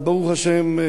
אז ברוך השם,